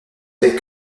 fait